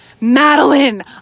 Madeline